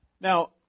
Now